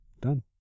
done